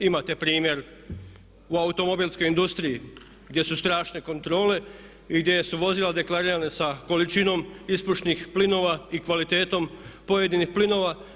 Imate primjer u automobilskoj industriji gdje su strašne kontrole i gdje su vozila deklarirana sa količinom ispušnih plinova i kvalitetom pojedinih plinova.